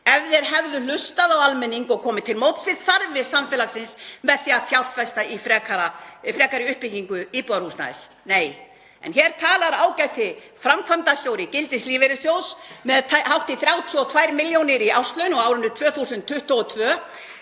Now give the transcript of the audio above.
ef þeir hefðu hlustað á almenning og komið til móts við þarfir samfélagsins með því að fjárfesta í frekari uppbyggingu íbúðarhúsnæðis? Nei. En hér talar ágæti framkvæmdastjóri Gildis – lífeyrissjóðs með hátt í 32 milljónir í árslaun á árinu 2022,